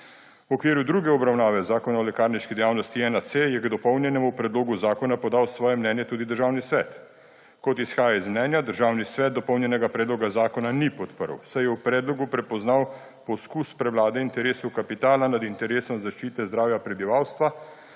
V okviru druge obravnave Zakona o lekarniški dejavnosti-1C je k dopolnjenemu predlogu zakona podal svoje mnenje tudi Državni svet. Kot izhaja iz mnenja, Državni svet dopolnjenega predloga zakona ni podprl, saj je v predlogu prepoznal poskus prevlade interesov kapitala nad interesom zaščite zdravja prebivalstva